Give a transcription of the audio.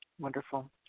Wonderful